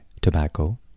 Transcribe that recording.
tobacco